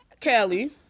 Kelly